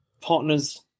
partner's